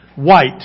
White